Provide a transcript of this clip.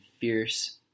fierce